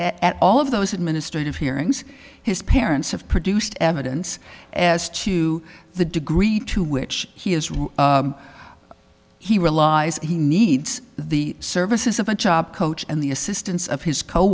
at all of those administrative hearings his parents have produced evidence as to the degree to which he is wrong he realized he needs the services of a job coach and the assistance of his co